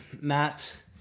Matt